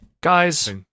Guys